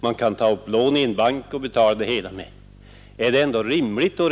Man kan finansiera byggandet genom att ta upp lån i bank.